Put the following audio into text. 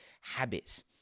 habits